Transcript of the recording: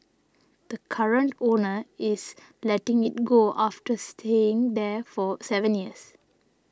the current owner is letting it go after staying there for seven years